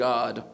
God